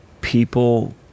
people